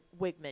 Wigman